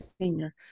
senior